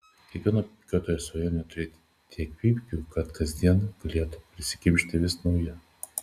kiekvieno pypkiuotojo svajonė turėti tiek pypkių kad kasdien galėtų prisikimšti vis naują